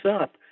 up